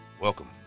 Welcome